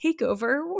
takeover